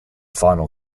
final